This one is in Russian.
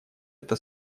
это